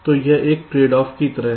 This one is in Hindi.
तो यह एक ट्रेड ऑफ की तरह है